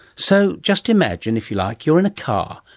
so just imagine, if you like, you're in a car,